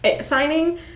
signing